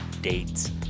dates